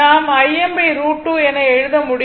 நாம் Im√2 என எழுத முடியும்